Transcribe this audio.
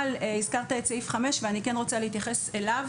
הזכרת את סעיף 5 ואני כן רוצה להתייחס אליו,